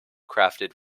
crafted